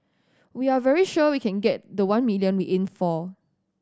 we are very sure we can get the one million we aimed for